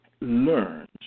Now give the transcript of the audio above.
learns